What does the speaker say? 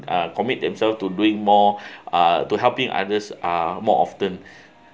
uh commit themselves to doing more uh to helping others uh more often